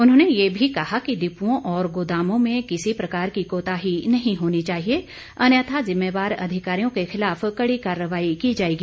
उन्होंने ये भी कहा कि डिपुओं और गोदामों में किसी प्रकार की कोताही नहीं होनी चाहिए अन्यथा ज़िम्मेवार अधिकारियों के खिलाफ कड़ी कार्रवाई की जाएगी